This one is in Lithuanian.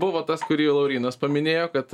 buvo tas kurį laurynas paminėjo kad